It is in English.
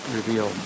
reveal